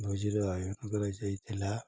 ଭୋଜିର ଆୟୋଜନ କରାଯାଇ ଥିଲା